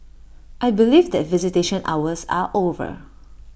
I believe that visitation hours are over